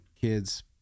Kids